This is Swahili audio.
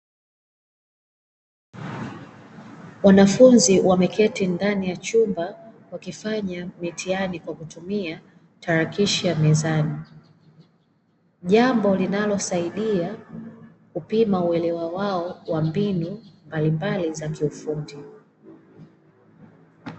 Wanafunzi wameketi ndani ya chumba wakifanya mitihani kwa kutumia tarakilishi ya mezani, jambo linalosaidia kupima uelewa wao wa mbinu mbalimbali za ufundi.